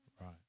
Right